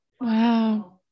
Wow